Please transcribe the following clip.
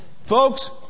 Folks